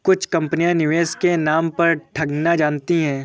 कुछ कंपनियां निवेश के नाम पर ठगना जानती हैं